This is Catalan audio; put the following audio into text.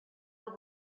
del